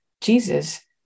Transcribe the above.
Jesus